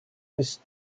this